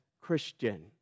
Christian